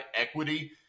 equity